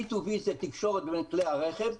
V2V זה תקשורת בין כלי הרכב,